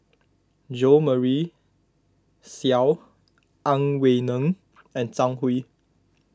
Jo Marion Seow Ang Wei Neng and Zhang Hui